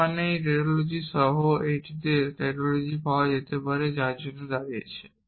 যার মানে এই টাউটোলজি সহ এটিতে সমস্ত টাউটোলজি পাওয়া যেতে পারে যা এর জন্য দাঁড়িয়েছে